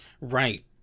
Right